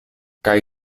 kaj